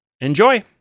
Enjoy